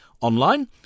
online